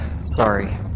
sorry